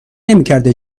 نمیکرده